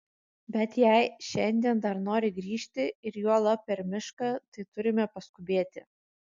bet jei šiandien dar nori grįžti ir juolab per mišką tai turime paskubėti